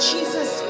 Jesus